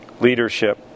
leadership